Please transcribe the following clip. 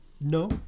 No